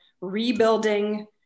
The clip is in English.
rebuilding